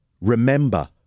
remember